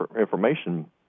information